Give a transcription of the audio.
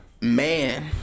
man